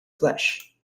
flesh